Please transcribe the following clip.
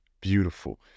Beautiful